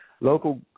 Local